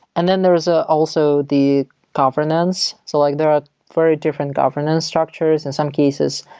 and then there's ah also the governance. so like there are very different governance structures. in some cases,